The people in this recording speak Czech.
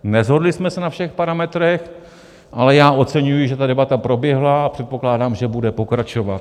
Neshodli jsme se na všech parametrech, ale já oceňuji, že debata proběhla, a předpokládám, že bude pokračovat.